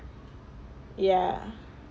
ya